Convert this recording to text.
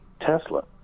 Tesla